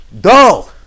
dull